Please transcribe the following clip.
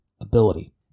ability